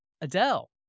Adele